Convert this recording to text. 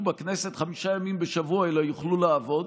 בכנסת חמישה ימים בשבוע אלא יוכלו לעבוד,